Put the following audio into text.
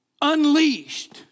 unleashed